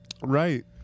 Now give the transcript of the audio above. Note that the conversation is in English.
Right